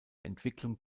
entwicklung